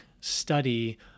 study